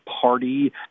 Party